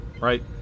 right